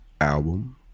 album